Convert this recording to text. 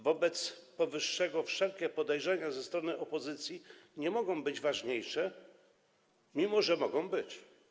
Wobec powyższego wszelkie podejrzenia ze strony opozycji nie mogą być ważniejsze, mimo że mogą być.